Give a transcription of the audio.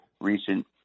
recent